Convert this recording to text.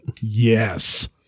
yes